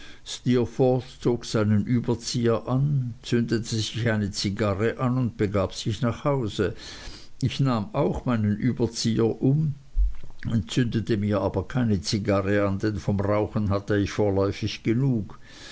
überzieher an zündete sich eine zigarre an und begab sich nach hause ich nahm auch meinen überzieher um zündete mir aber keine zigarre an denn vom rauchen hatte ich vorläufig genug